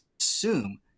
assume